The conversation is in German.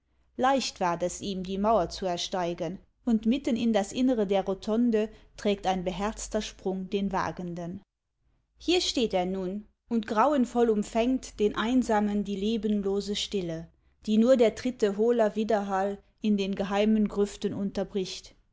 leicht ward es ihm die mauer zu ersteigen und mitten in das innre der rotonde trägt ein beherzter sprung den wagenden hier steht er nun und grauenvoll umfängt den einsamen die lebenlose stille die nur der tritte hohler widerhall in den geheimen grüften unterbricht